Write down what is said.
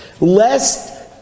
Lest